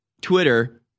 Twitter